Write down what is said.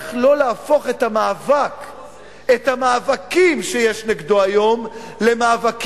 איך לא להפוך את המאבקים שיש נגדו היום למאבקים